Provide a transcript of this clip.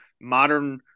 modern